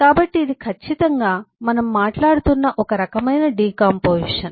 కాబట్టి ఇది ఖచ్చితంగా మనం మాట్లాడుతున్న ఒక రకమైన డికాంపొజిషన్